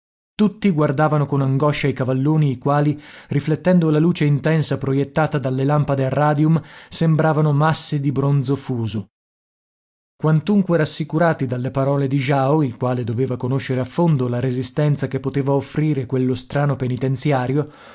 tutti guardavano con angoscia i cavalloni i quali riflettendo la luce intensa proiettata dalle lampade a radium sembravano masse di bronzo fuso quantunque rassicurati dalle parole di jao il quale doveva conoscere a fondo la resistenza che poteva offrire quello strano penitenziario